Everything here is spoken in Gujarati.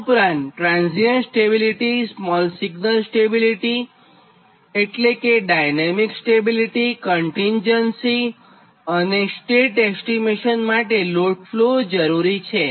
આ ઊપરાંત transient stability small signal stability એટલે કે ડાયનેમિક સ્ટેબિલીટીકન્ટીજન્સી અને સ્ટેટ એસ્ટીમેશન માટે લોડ ફ્લો સ્ટડીઝ જરૂરી છે